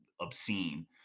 obscene